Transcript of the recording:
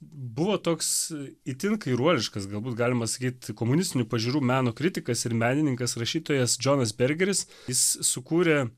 buvo toks itin kairuoliškas galbūt galima sakyt komunistinių pažiūrų meno kritikas ir menininkas rašytojas džonas bergeris jis sukūrė